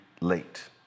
late